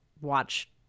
watch